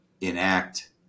enact